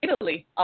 Italy